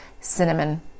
cinnamon